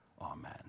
Amen